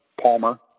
Palmer